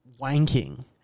wanking